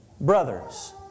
brothers